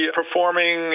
performing